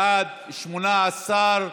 בעד, 18,